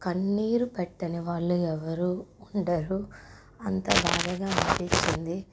కన్నీరు పెట్టని వాళ్ళు ఎవ్వరూ ఉండరు అంత బాధగా అనిపిచ్చింది